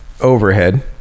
overhead